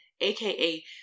aka